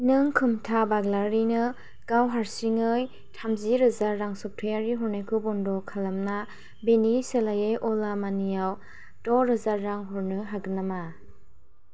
नों खोमथा बाग्लारिनो गाव हारसिङै थामजि रोजा रां सप्तायारि हरनायखौ बन्द' खालामना बेनि सोलायै अला मानि आव द' रोजा रां हरनो हागोन नामा